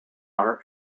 are